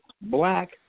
black